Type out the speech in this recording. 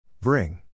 Bring